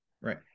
Right